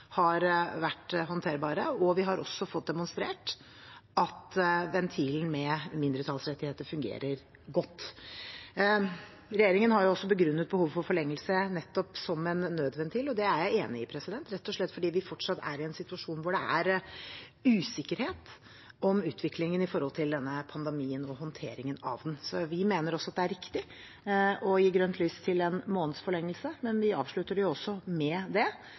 har vært håndterbart, og vi har også fått demonstrert at ventilen med mindretallsrettigheter fungerer godt. Regjeringen har begrunnet behovet for forlengelse nettopp som en nødventil, og det er jeg enig i, rett og slett fordi vi fortsatt er i en situasjon hvor det er usikkerhet om utviklingen av denne pandemien og håndteringen av den. Så vi mener også at det er riktig å gi grønt lys til en måneds forlengelse. Men vi avslutter det også med det.